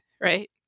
right